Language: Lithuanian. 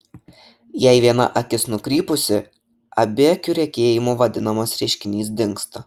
jei viena akis nukrypusi abiakiu regėjimu vadinamas reiškinys dingsta